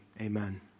Amen